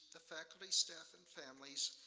the faculty, staff, and families,